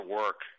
work